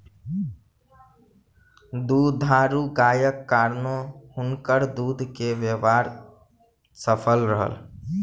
दुधारू गायक कारणेँ हुनकर दूध के व्यापार सफल रहल